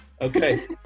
okay